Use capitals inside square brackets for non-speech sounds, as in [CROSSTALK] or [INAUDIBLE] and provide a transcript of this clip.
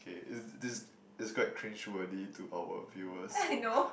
k is this it's quite cringe worthy to our viewers [LAUGHS]